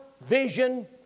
vision